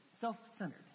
self-centered